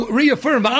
reaffirm